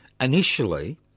Initially